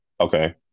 okay